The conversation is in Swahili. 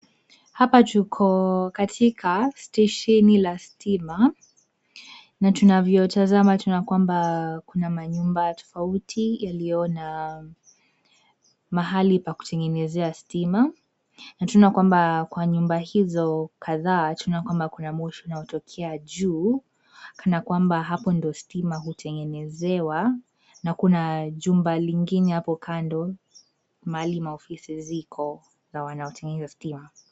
Hapa tuko katika stesheni la stima na tunavyotazama tunaona kwamba kuna manyumba tofauti yaliyo na mahali pa kutengenezea stima. Na tunaona kwamba kwa nyumba hizo kadhaa, tunaona kwamba kuna moshi unaotokea juu kana kwamba hapo ndiyo stima hutengenezewa. Na kuna jumba lingine hapo kando, mahali maofisi ziko za wanaotengeneza stima.